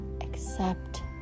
accept